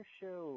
show